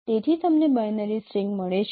તેથી તમને binary string મળે છે